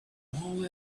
all